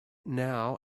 now